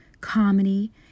comedy